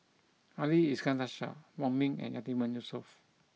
Ali Iskandar Shah Wong Ming and Yatiman Yusof